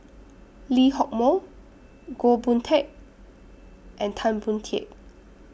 Lee Hock Moh Goh Boon Teck and Tan Boon Teik